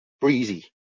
breezy